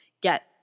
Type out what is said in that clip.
get